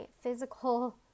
physical